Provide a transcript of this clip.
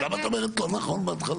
אז למה את אומרת לא נכון בהתחלה.